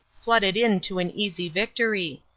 flooded in to an easy victory.